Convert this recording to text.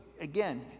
again